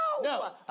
No